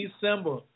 December